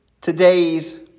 today's